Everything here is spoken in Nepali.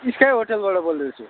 स्काई होटेलबाट बोल्दैछु